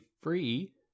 free